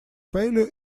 failure